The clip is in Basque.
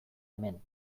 hemen